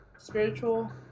spiritual